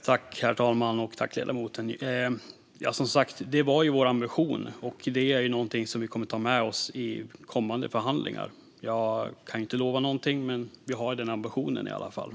Herr talman! Det var som sagt vår ambition, och det är något vi kommer att ta med oss i kommande förhandlingar. Jag kan inte lova någonting, men vi har i alla fall den ambitionen.